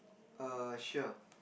err sure